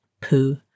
poo